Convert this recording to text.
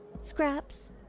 Scraps